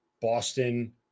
Boston